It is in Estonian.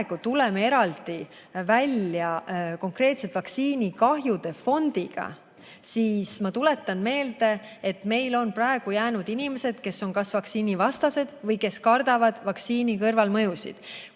tuleme eraldi välja konkreetse vaktsiinikahjude fondiga, siis ma tuletan meelde, et meil on jäänud inimesed, kes on kas vaktsiinivastased või kes kardavad vaktsiini kõrvalmõjusid.